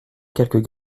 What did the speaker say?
quelques